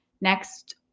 next